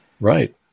Right